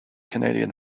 canadian